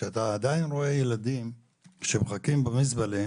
כשאתה עדיין רואה ילדים שמחכים במזבלה,